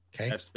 Okay